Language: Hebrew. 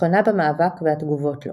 ניצחונה במאבק והתגובות לו